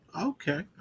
okay